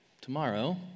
tomorrow